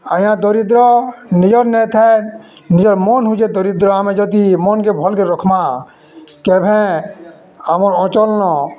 ଆଜ୍ଞା ଦରିଦ୍ର ନିଜର୍ ନାଇ ଥାଏ ନିଜର୍ ମନ୍ ହଉଛେ ଦରିଦ୍ର ଆମେ ଯଦି ମନ୍କେ ଭଲ୍କେ ରଖ୍ମା କେଭେ ଆମର୍ ଅଚଲ୍ନ